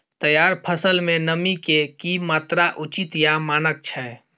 तैयार फसल में नमी के की मात्रा उचित या मानक छै?